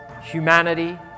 humanity